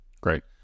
Great